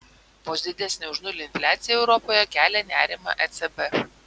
vos didesnė už nulį infliacija europoje kelia nerimą ecb